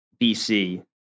BC